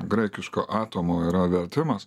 graikiško atomo yra vertimas